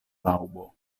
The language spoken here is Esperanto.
laŭbo